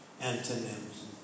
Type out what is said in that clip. antonyms